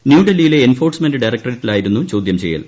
ന്യൂഡൽഹിയിലെ എൻഫോഴ്സ്മെന്റ് ഡയറക്ട്രേറ്റിലായിരുന്നു ചോദ്യം ചെയ്യൽ